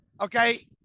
Okay